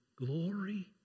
Glory